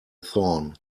thorn